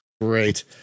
great